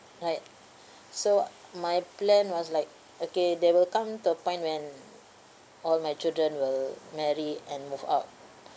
right so my plan was like okay there will come to a point when all my children will marry and move out